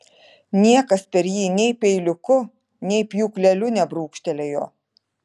niekas per jį nei peiliuku nei pjūkleliu nebrūkštelėjo